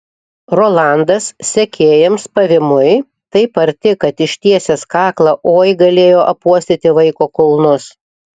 rolandas sekėjams pavymui taip arti kad ištiesęs kaklą oi galėjo apuostyti vaiko kulnus